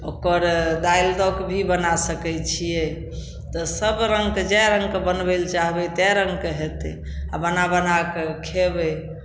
ओकर दालि दऽ कऽ भी बना सकै छियै तऽ सभ रङ्गके जाए रङ्गके बनबै लए चाहबै ताए रङ्गके हेतै आ बना बना कऽ खेबै